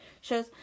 shows